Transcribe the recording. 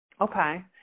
Okay